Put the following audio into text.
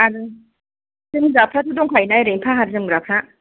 आर जोमग्राफ्राथ' दंखायो ना ओरैनो फाहार जोमग्राफ्रा